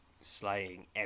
slaying